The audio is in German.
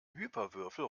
hyperwürfel